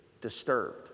disturbed